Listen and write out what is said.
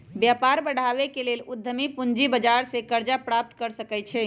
व्यापार बढ़ाबे के लेल उद्यमी पूजी बजार से करजा प्राप्त कर सकइ छै